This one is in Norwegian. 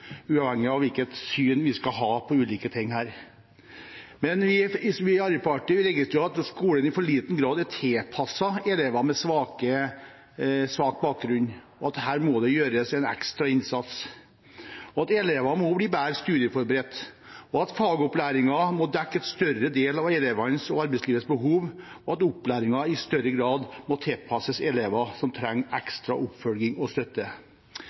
uavhengig av hvilket syn vi skal ha på ulike ting her. Men vi i Arbeiderpartiet registrerer at skolen i for liten grad er tilpasset elever med svak bakgrunn, og at det her må gjøres en ekstra innsats, at elever må bli bedre studieforberedt, at fagopplæringen må dekke en større del av elevenes og arbeidslivets behov, og at opplæringen i større grad må tilpasses elever som trenger ekstra oppfølging og støtte.